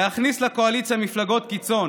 להכניס לקואליציה מפלגות קיצון,